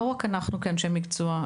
לא רק אנשי המקצוע,